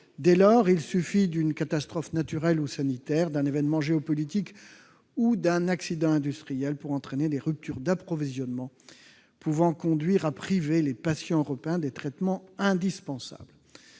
Dès lors, il suffit d'une catastrophe naturelle ou sanitaire, d'un événement géopolitique ou d'un accident industriel pour entraîner des ruptures d'approvisionnement pouvant conduire à priver les patients européens des traitements indispensables.